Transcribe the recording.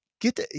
get